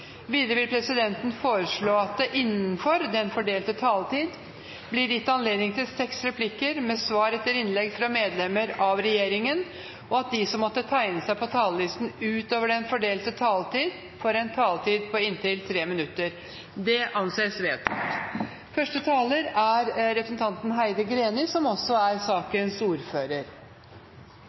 Videre vil presidenten foreslå at det blir gitt anledning til seks replikker med svar etter innlegg fra medlemmer av regjeringen innenfor den fordelte taletid. Videre blir det foreslått at de som måtte tegne seg på talerlisten utover den fordelte taletid, får en taletid på inntil 3 minutter. – Det anses vedtatt.